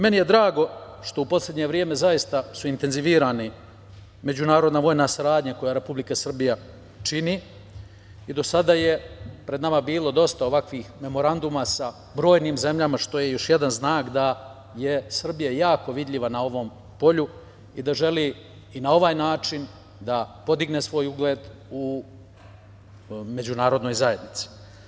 Meni je drago što je u poslednje vreme zaista intenzivirana međunarodna vojna saradnja koju Republika Srbija čini i do sada je pred nama bilo dosta ovakvih memoranduma sa brojnim zemljama, što je još jedan znak da je Srbija jako vidljiva na ovom polju i da želi na ovaj način da podigne svoj ugled u međunarodnoj zajednici.